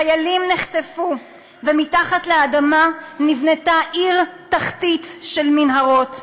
חיילים נחטפו ומתחת לאדמה נבנתה עיר תחתית של מנהרות.